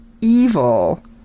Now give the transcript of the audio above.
evil